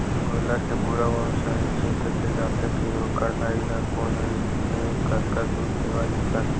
गोल्लर के पूरा वंस ल देखे जाथे के ओखर दाई ह कोन रिहिसए कतका दूद देवय अइसन